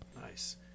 Nice